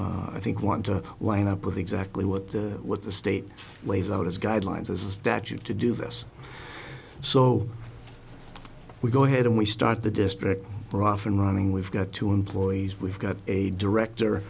know i think want to wind up with exactly what what the state lays out as guidelines as a statute to do this so we go ahead and we start the district are off and running we've got two employees we've got a director